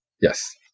Yes